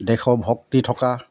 দেশৰ ভক্তি থকা